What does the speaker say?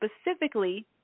specifically